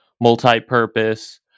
multi-purpose